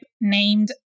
named